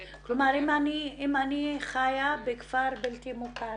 כלומר אם אני חיה בכפר בלתי מוכר